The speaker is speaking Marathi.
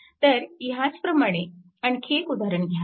तर ह्याचप्रमाणे आणखी एक उदाहरण घ्या